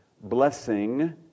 Blessing